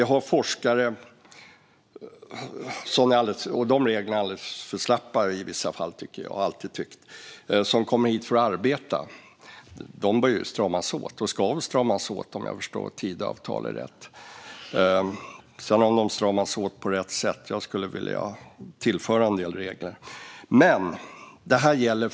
Jag har alltid tyckt att reglerna är alldeles för slappa för dem som kommer hit för att arbeta. De reglerna behöver stramas åt - och ska stramas åt, om jag har förstått Tidöavtalet rätt. Det gäller att de stramas åt på rätt sätt. Jag skulle vilja tillföra en del regler.